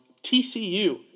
TCU